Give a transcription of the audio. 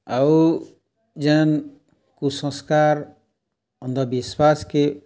ଆଉ ଯେନ୍ କୁସଂସ୍କାର ଅନ୍ଧବିଶ୍ୱାସକେ